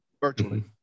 virtually